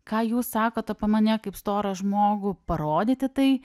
ką jūs sakot apie mane kaip storą žmogų parodyti tai